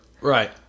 right